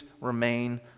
remain